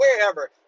wherever